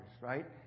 right